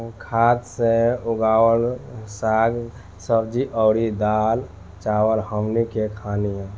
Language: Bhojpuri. खाद से उगावल साग सब्जी अउर दाल चावल हमनी के खानी